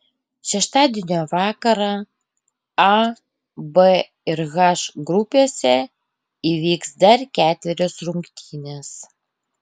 šeštadienio vakarą a b ir h grupėse įvyks dar ketverios rungtynės